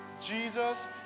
Jesus